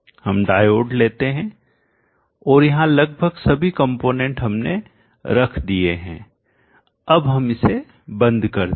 हम डायोड लेते हैं और यहां लगभग सभी कंपोनेंट हमने रख दिए हैं अब हम इसे बंद करते हैं